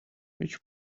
which